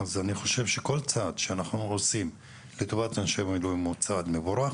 אז אני חושב שכל צעד שאנחנו עושים לטובת אנשי המילואים הוא צעד מבורך,